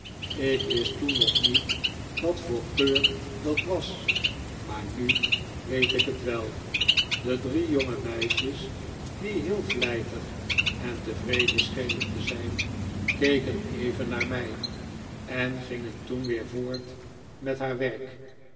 ik wist toen nog niet wat voor geur dat was maar nu weet ik het wel de drie jonge meisjes die heel vlijtig en tevreden schenen te zijn keken even naar mij en gingen toen weer voort met haar werk